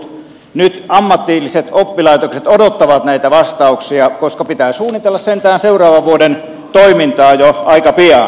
nyt ammatilliset oppilaitokset odottavat näitä vastauksia koska pitää suunnitella sentään seuraavan vuoden toimintaa jo aika pian